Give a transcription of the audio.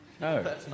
No